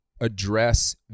address